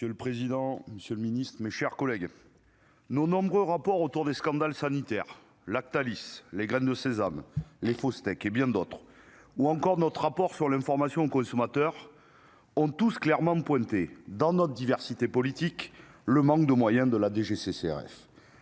Monsieur le président, Monsieur le Ministre, mes chers collègues, nos nombreux rapports autour de scandales sanitaires Lactalis les graines de sésame, les faux steaks et bien d'autres, ou encore notre rapport sur l'information aux consommateurs ont tous clairement pointé dans notre diversité politique, le manque de moyens de la DGCCRF,